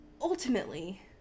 ultimately